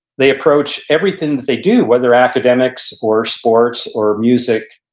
they approach everything that they do, whether academics or sports or music,